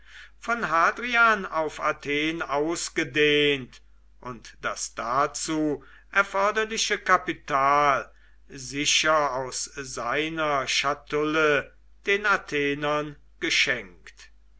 von hadrian auf athen ausgedehnt und das dazu erforderliche kapital sicher aus seiner schatulle den athenern geschenkt